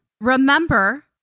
Remember